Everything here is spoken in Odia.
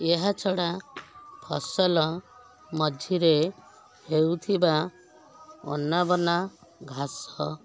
ଏହାଛଡ଼ା ଫସଲ ମଝିରେ ହେଉଥିବା ଅନାବନା ଘାସ